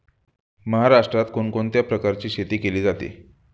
महाराष्ट्रात कोण कोणत्या प्रकारची शेती केली जाते?